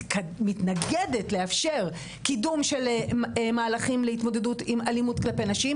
מתנגדת לאפשר קידום של מהלכים להתמודדות עם אלימות כלפי נשים.